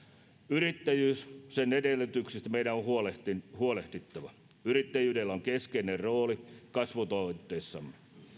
yrittäjyyden edellytyksistä meidän on huolehdittava yrittäjyydellä on keskeinen rooli kasvutavoitteissamme